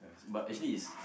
but actually is